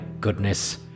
goodness